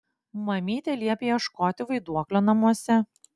mamytė liepė ieškoti vaiduoklio namuose